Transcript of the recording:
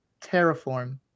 Terraform